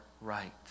right